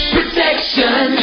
Protection